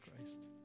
Christ